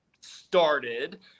started